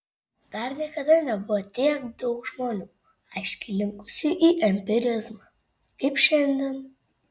dar niekada nebuvo tiek daug žmonių aiškiai linkusių į empirizmą kaip šiandien